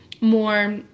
more